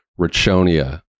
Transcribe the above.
Rachonia